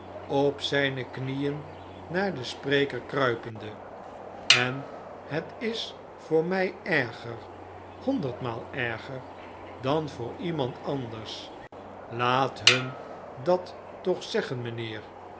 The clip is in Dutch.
op zijne knieen naar den speker kruipende sen het is voor mij erger honderdmaal erger dan voor iemand anders laat hun dat toch zeggen mijnheer